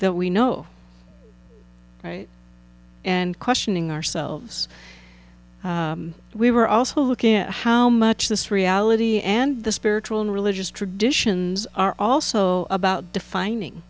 that we know right and questioning ourselves we were also looking at how much this reality and the spiritual and religious traditions are also about defining